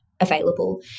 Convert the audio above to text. available